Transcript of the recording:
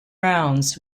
rounds